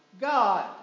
God